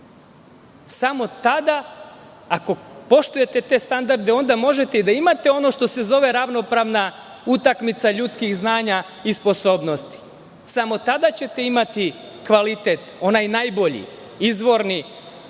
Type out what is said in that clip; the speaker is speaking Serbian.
samo tada ako poštujete te standarde onda možete i da imate ono što se zove ravnopravna utakmica ljudskih znanja i sposobnosti. Samo tada ćete imati kvalitet, onaj najbolji, izvorni,